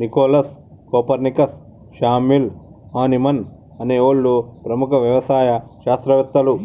Nicholas, Copernicus, Samuel Hahnemann అనే ఓళ్ళు ప్రముఖ యవసాయ శాస్త్రవేతలు